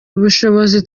ubushobozi